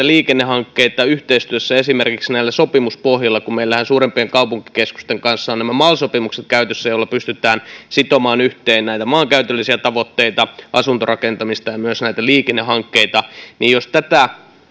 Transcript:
liikennehankkeita yhteistyössä esimerkiksi näillä sopimuspohjilla kun meillähän suurempien kaupunkikeskusten kanssa ovat käytössä nämä mal sopimukset joilla pystytään sitomaan yhteen näitä maankäytöllisiä tavoitteita asuntorakentamista ja myös näitä liikennehankkeita ja että tätä